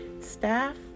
staff